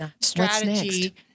strategy